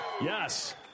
Yes